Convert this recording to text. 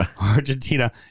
Argentina